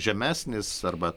žemesnis arba